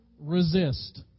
resist